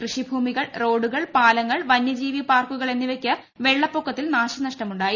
കൃഷിഭൂമികൾ റോഡുകൾ പാലങ്ങൾ വന്യജീവി പാർക്കുകൾ എന്നിവയ്ക്ക് വെളളപ്പൊക്കത്തിൽ നാശനഷ്ടമുണ്ടായി